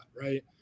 right